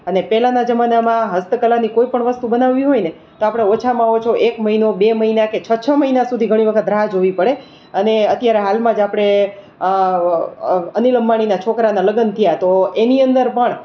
અને પહેલાંના જમાનામાં હસ્તકલાની કોઈ પણ વસ્તુ બનાવવી હોયને તો આપણે ઓછામાં ઓછો એક મહિનો બે મહિના કે છ છ મહિના સુધી ઘણી વખત રાહ જોવી પડે અને અત્યારે હાલમાં જ આપણે અનિલ અંબાણીના છોકરાના લગન થયા તો એની અંદર પણ